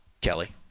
Kelly